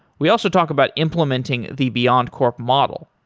we also talk about implementing the beyondcorp model.